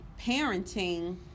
parenting